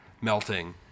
melting